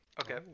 Okay